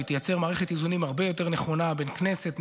והיא תייצר מערכת איזונים הרבה יותר נכונה בין כנסת,